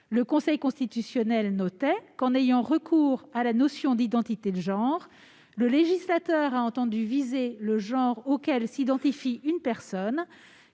Le Conseil constitutionnel notait que, en ayant recours à la notion d'identité de genre, le législateur avait entendu viser le genre auquel s'identifie une personne,